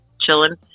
chilling